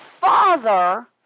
Father